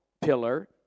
pillar